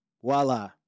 Voila